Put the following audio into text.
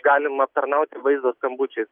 galim aptarnauti vaizdo skambučiais